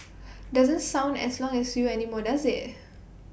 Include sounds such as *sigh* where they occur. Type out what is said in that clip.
*noise* doesn't sound as long as you anymore does IT